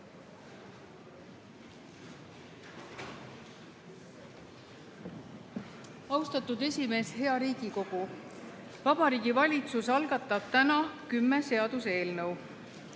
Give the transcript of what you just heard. Austatud esimees! Hea Riigikogu! Vabariigi Valitsus algatab täna kümme seaduseelnõu.